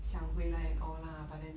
想回来 and all lah but then